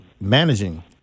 managing